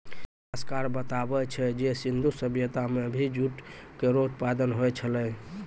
इतिहासकार बताबै छै जे सिंधु सभ्यता म भी जूट केरो उत्पादन होय छलै